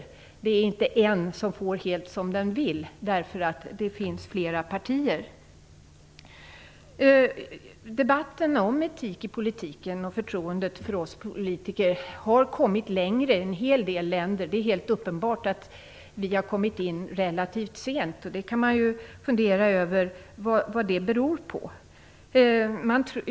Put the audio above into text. Det är inte en som får helt som han vill, därför att det finns flera partier. Debatten om etik i politiken och förtroendet för oss politiker har kommit längre i en hel del länder. Det är helt uppenbart att vi har kommit in relativt sent, och man kan fundera över vad det beror på.